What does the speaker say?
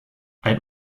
ein